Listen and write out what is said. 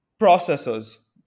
processors